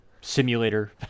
simulator